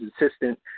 assistant